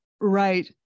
Right